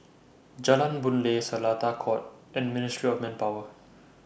Jalan Boon Lay Seletar Court and Ministry of Manpower